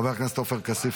חבר הכנסת עופר כסיף,